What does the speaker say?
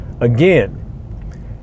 Again